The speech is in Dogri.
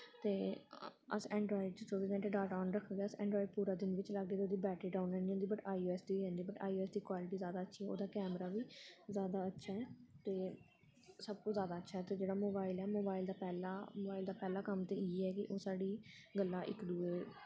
ते अस ऐंडरायड च चौबी घैंटे डाटा आन रक्खगे अस ऐंडरॉयड पूरा दिन बी चलागे ते ओह्दी बैटरी डाउन हैनी होंदा बट आई ओ ऐस दी होई जंदी पर आई ओ ऐस दी क्वालिटी जादा अच्छी ऐ ओह्दा कैमरा बी जादा अच्छा ऐ ते सबतो जादा अच्छा ऐ ते जेह्ड़ा मोबाइल ऐ मोबाइल दा पैह्ला मोबाइल दा पैह्ला कम्म ते इयै ऐ कि ओह् साढ़ी गल्लां इक दूए